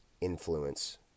influence